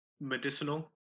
medicinal